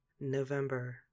November